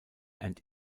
and